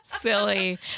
silly